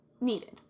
needed